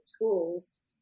tools